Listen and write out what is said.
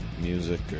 music